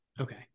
Okay